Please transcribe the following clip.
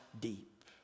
deep